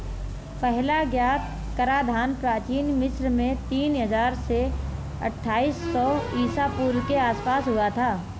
पहला ज्ञात कराधान प्राचीन मिस्र में तीन हजार से अट्ठाईस सौ ईसा पूर्व के आसपास हुआ था